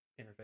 interface